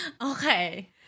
Okay